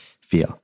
fear